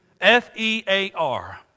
F-E-A-R